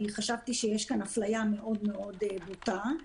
אני חשבתי שיש כאן אפליה מאוד מאוד בוטה.